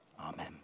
Amen